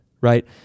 right